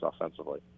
offensively